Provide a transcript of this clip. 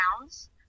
pounds